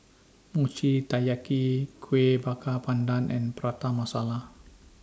Mochi Taiyaki Kueh Bakar Pandan and Prata Masala